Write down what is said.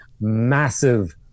massive